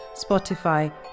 Spotify